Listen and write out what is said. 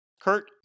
Kurt